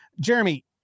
Jeremy